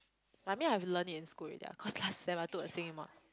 but I mean I have learnt it in school already ah cause last sem I took a singing mod